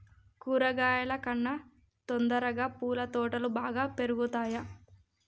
కూరగాయల కన్నా తొందరగా పూల తోటలు బాగా పెరుగుతయా?